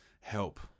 Help